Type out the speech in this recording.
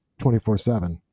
24-7